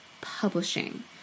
publishing